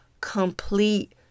complete